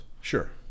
Sure